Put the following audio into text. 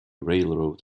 railroad